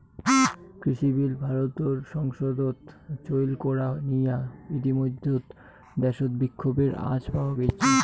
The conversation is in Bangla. কৃষিবিল ভারতর সংসদত চৈল করা নিয়া ইতিমইধ্যে দ্যাশত বিক্ষোভের আঁচ পাওয়া গেইছে